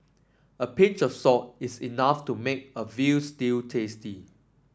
a pinch of salt is enough to make a veal stew tasty